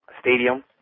stadium